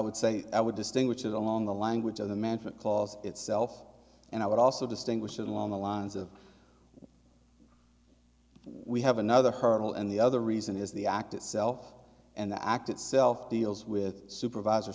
would say i would distinguish it along the language of the management clause itself and i would also distinguish along the lines of we have another hurdle and the other reason is the act itself and the act itself deals with supervisor